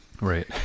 Right